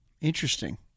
interesting